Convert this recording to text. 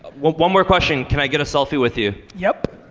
one more question, can i get a selfie with you? yep.